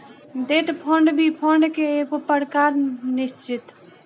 debt fund भी fund के एगो प्रकार निश्चित